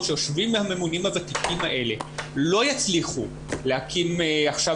שיושבים הממונים הוותיקים האלה לא יצליחו להקים עכשיו